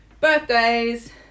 Birthdays